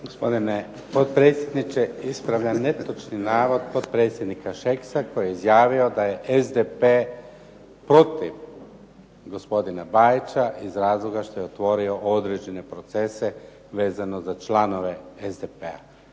Gospodine potpredsjedniče, ispravljam netočan navoda potpredsjednika Šeksa koji je izjavio da je SDP protiv gospodina Bajića iz razloga što je otvorio određene procese vezano za članove SDP-a.